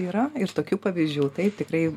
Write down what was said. yra ir tokių pavyzdžių taip tikrai